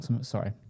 Sorry